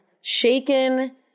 shaken